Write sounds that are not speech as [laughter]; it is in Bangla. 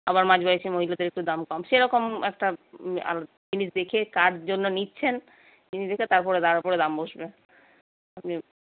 আবার মাঝবয়সি মহিলাদের একটু দাম কম সেরকম একটা [unintelligible] জিনিস দেখে কার জন্য নিচ্ছেন জিনিস দেখে তারপরে তার উপরে দাম বসবে হুম